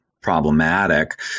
problematic